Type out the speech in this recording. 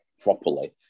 properly